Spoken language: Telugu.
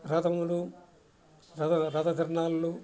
రథములు ర రథధరణాళ్ళు లు